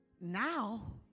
Now